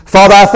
Father